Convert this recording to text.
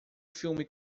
filme